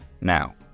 Now